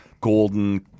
golden